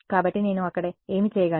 కాబట్టి నేను అక్కడ ఏమి చేయగలను